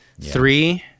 three